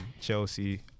Chelsea